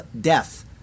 death